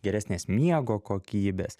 geresnės miego kokybės